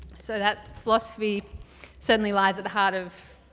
so that philosophy certainly lies at the heart of